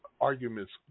arguments